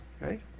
right